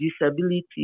disability